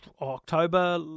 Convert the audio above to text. October